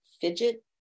fidget